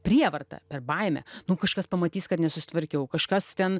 prievartą per baimę nu kažkas pamatys kad nesusitvarkiau kažkas ten